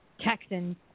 Texans